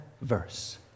Verse